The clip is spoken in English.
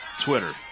Twitter